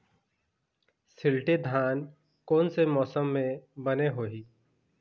शिल्टी धान कोन से मौसम मे बने होही?